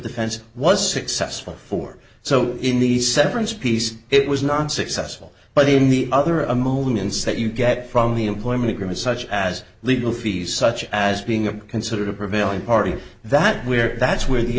successful for so in the severance piece it was not successful but in the other a moments that you get from the employment agreement such as legal fees such as being a considered a prevailing party that where that's where the